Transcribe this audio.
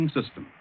System